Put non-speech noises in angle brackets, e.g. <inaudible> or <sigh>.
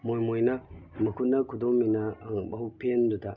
ꯃꯣꯏ ꯃꯣꯏꯅ ꯃꯈꯨꯠꯅ ꯈꯨꯗꯣꯝꯕꯤꯅ <unintelligible> ꯐꯦꯟꯗꯨꯗ